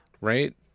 Right